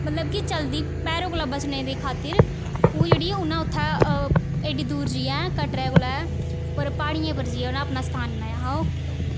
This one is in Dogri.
मतलब कि चलदी भैरो कोल बचने दी खातिर ओह् जेह्ड़ी ऐ ओह् ना उत्थे एड्डी दूर जाइयै कटरा कोल उप्पर प्हाड़ियें उप्पर जाइयै उन्नै अपना स्थान बनाया हा ओह्